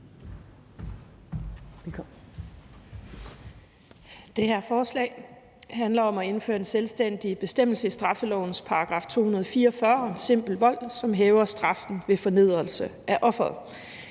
Det her forslag handler om at indføre en selvstændig bestemmelse i straffelovens § 244 om simpel vold, som hæver straffen ved fornedrelse af offeret.